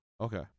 Okay